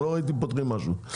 אני לא ראיתי שפותחים משהו.